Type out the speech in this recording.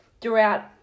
throughout